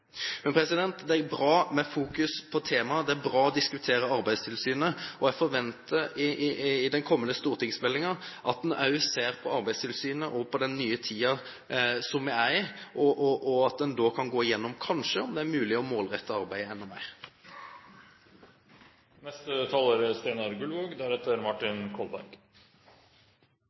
Det er bra med fokus på temaet, og det er bra å diskutere Arbeidstilsynet. Jeg forventer i den kommende stortingsmeldingen at en ser på Arbeidstilsynet og den tiden vi nå er i, og at en også kan se om det kanskje er mulig å målrette arbeidet enda mer. Det mest interessante ved denne interpellasjonen er